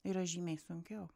yra žymiai sunkiau